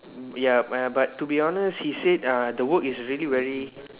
ya !aiya! but to be honest he said uh the work is really very